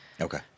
Okay